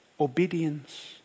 Obedience